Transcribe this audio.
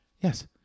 Yes